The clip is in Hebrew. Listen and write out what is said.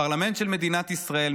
הפרלמנט של מדינת ישראל,